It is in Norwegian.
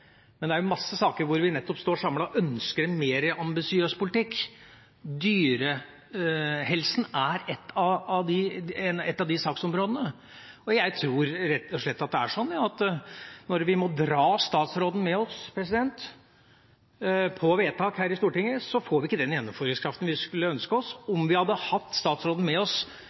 Men det er mange saker hvor vi nettopp står samlet, og ønsker en mer ambisiøs politikk. Dyrehelsen er et av de saksområdene. Jeg tror rett og slett det er sånn at når vi må dra statsråden med oss på vedtak her i Stortinget, får vi ikke den gjennomføringskraften vi kunne ønsket oss